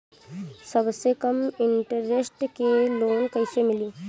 सबसे कम इन्टरेस्ट के लोन कइसे मिली?